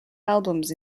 albums